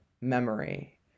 memory